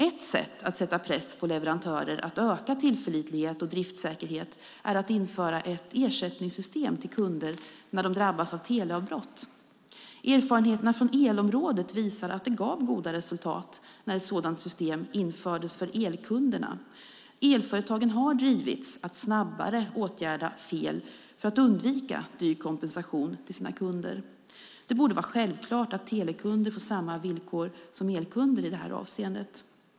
Ett sätt att sätta press på leverantörer att öka tillförlitlighet och driftsäkerhet är att införa ett ersättningssystem till kunder när de drabbas av teleavbrott. Erfarenheterna från elområdet visar att det gav goda resultat när ett sådant system infördes för elkunderna. Elföretagen har drivits att snabbare åtgärda fel för att undvika dyr kompensation till sina kunder. Det borde vara självklart att telekunder får samma villkor som elkunder i det här avseendet.